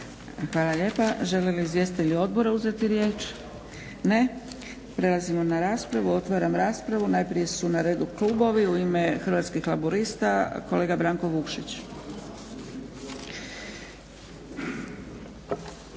Hvala lijepa. Žele li izvjestitelji odbora uzeti riječ? Ne. Prelazimo na raspravu. Otvaram raspravu. Najprije su na redu klubovi. U ime Hrvatskih laburista kolega Branko Vukšić.